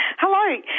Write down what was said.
Hello